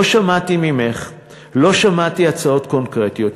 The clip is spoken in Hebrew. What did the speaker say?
לא שמעתי ממך הצעות קונקרטיות.